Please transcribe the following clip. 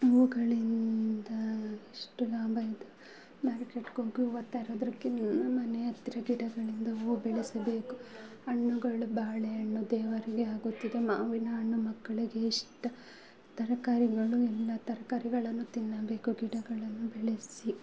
ಹೂವುಗಳಿಂದ ಎಷ್ಟು ಲಾಭ ಇದೆ ಮಾರ್ಕೆಟ್ಗೋಗಿ ಹೂವು ತರೋದಕ್ಕಿಂತ ಮನೆ ಹತ್ತಿರ ಗಿಡಗಳಿಂದ ಹೂವು ಬೆಳೆಸಬೇಕು ಹಣ್ಣುಗಳು ಬಾಳೆ ಹಣ್ಣು ದೇವರಿಗೆ ಆಗುತ್ತದೆ ಮಾವಿನ ಹಣ್ಣು ಮಕ್ಕಳಿಗೆ ಇಷ್ಟ ತರಕಾರಿಗಳು ಎಲ್ಲ ತರಕಾರಿಗಳನ್ನು ತಿನ್ನಬೇಕು ಗಿಡಗಳನ್ನು ಬೆಳೆಸಿ